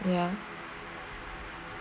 ya